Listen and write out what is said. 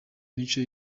imico